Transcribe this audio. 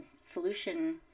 solution